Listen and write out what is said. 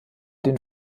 den